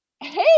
hey